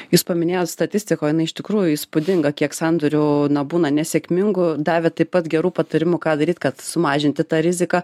jūs paminėjot statistiką o jinai iš tikrųjų įspūdinga kiek sandorių na būna nesėkmingų davė taip pat gerų patarimų ką daryt kad sumažinti tą riziką